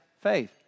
faith